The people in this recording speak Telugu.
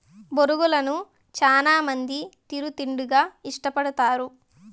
బొరుగులను చానా మంది చిరు తిండిగా ఇష్టపడతారు